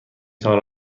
تان